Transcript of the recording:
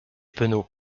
penaud